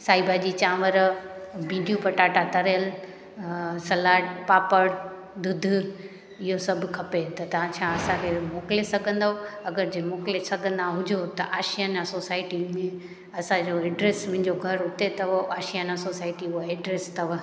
साई भाॼी चांवर भिंडियूं पटाटा तरियल सलाड पापड़ ॾुध इहो सभु खपे त तव्हां छा असांखे मोकिले सघंदव अगरि जे मोकिले सघंदा हुजो त आशियाना सोसायटी में असांजो एड्रेस मुंहिंजो घरु हुते अथव आशियाना सोसायटी उहा एड्रेस अथव